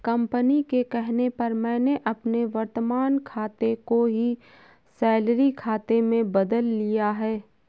company के कहने पर मैंने अपने वर्तमान खाते को ही सैलरी खाते में बदल लिया है